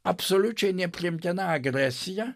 absoliučiai nepriimtina agresija